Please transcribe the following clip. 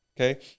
Okay